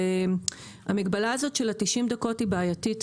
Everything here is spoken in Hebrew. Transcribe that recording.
המגבלה של ה-90 דקות היא בעייתית,